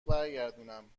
برگردونم